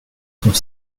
sont